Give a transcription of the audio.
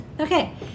Okay